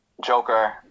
Joker